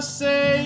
say